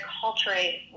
culturally